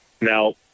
Now